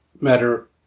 matter